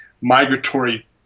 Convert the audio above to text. migratory